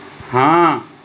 ਹਾਂ